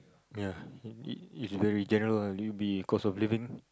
ya it it is very general it'll be cost of living